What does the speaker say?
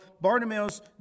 Bartimaeus